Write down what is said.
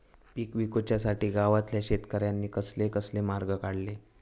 पीक विकुच्यासाठी गावातल्या शेतकऱ्यांनी कसले कसले मार्ग काढले?